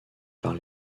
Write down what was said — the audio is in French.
par